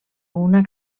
una